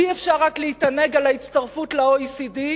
אי-אפשר רק להתענג על ההצטרפות ל-OECD,